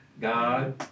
God